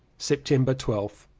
september twelfth.